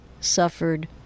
suffered